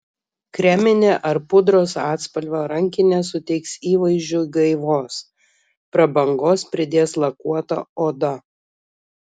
kreminė ar pudros atspalvio rankinė suteiks įvaizdžiui gaivos prabangos pridės lakuota oda